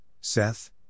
Seth